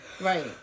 Right